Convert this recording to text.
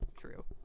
true